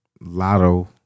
Lotto